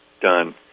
done